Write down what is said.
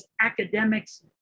academics